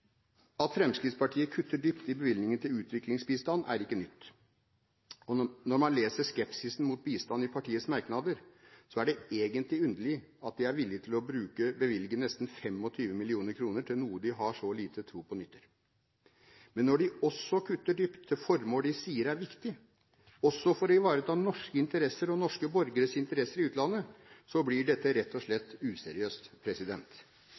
At Fremskrittspartiet kutter dypt i bevilgningene til utviklingsbistand, er ikke nytt. Når man leser skepsisen mot bistand i partiets merknader, er det egentlig underlig at de er villige til å bevilge nesten 25 mill. kr til noe de har så liten tro på nytter. Men når de også kutter dypt til formål de sier er viktige, også for å ivareta norske interesser og norske borgeres interesser i utlandet, blir dette rett og